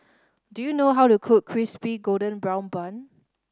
do you know how to cook Crispy Golden Brown Bun